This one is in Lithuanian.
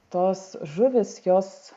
tos žuvys jos